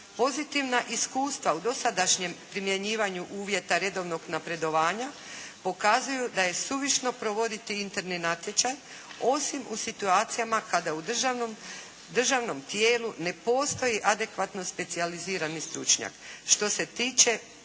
Pozitivna iskustva u dosadašnjem primjenjivanju uvjeta redovnog napredovanja pokazuju da je suvišno provoditi interni natječaj osim u situacijama kada je u državnom tijelu ne postoji adekvatno specijalizirani stručnjak. Što se tiče